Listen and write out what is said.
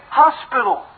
hospital